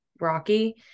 rocky